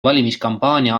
valimiskampaania